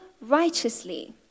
righteously